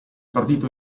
partito